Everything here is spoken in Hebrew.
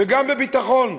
וגם בביטחון,